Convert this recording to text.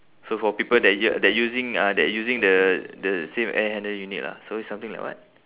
so for people that u~ that using ah that using the the same air handling unit lah so it's something like what